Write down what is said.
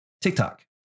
TikTok